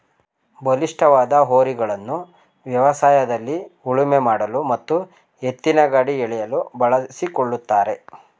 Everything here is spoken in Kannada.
ಬಲಿಷ್ಠವಾದ ಹೋರಿಗಳನ್ನು ವ್ಯವಸಾಯದಲ್ಲಿ ಉಳುಮೆ ಮಾಡಲು ಮತ್ತು ಎತ್ತಿನಗಾಡಿ ಎಳೆಯಲು ಬಳಸಿಕೊಳ್ಳುತ್ತಾರೆ